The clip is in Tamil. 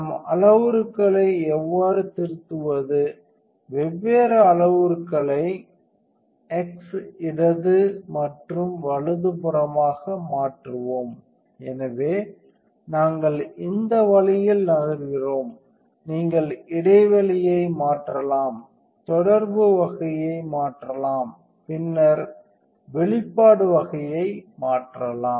நாம் அளவுருக்களை எவ்வாறு திருத்துவது வெவ்வேறு அளவுருக்களை x இடது மற்றும் வலதுபுறமாக மாற்றுவோம் எனவே நாங்கள் இந்த வழியில் நகர்கிறோம் நீங்கள் இடைவெளியை மாற்றலாம் தொடர்பு வகையை மாற்றலாம் மற்றும் பின்னர் வெளிப்பாடு வகையை மாற்றலாம்